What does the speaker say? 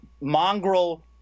mongrel